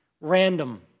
random